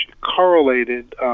correlated